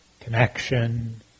connection